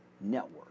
network